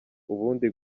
ubundi